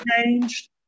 changed